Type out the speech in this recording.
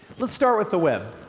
let's start with the web.